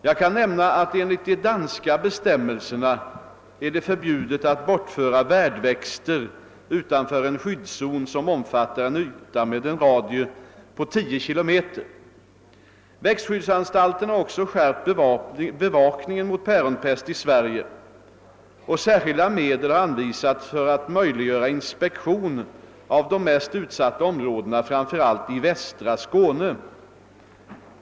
Jag kan nämna att enligt de danska bestämmelserna är det förbjudet att bortföra värdväxter utanför en skyddszon som omfattar en yta med en radie på 10 km. : Växtskyddsanstalten har också skärpt bevakningen mot päronpest i Sverige och särskilda medel har anvisats för att möjliggöra inspektion av de mest utsatta områdena, framför allt i västra Skåne.